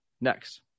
next